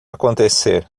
acontecer